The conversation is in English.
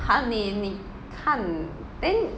!huh! 你你看 then